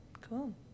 Cool